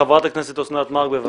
חברת הכנסת אוסנת מארק, בבקשה.